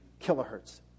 kilohertz